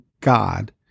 God